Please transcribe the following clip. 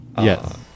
Yes